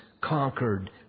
conquered